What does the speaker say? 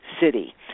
City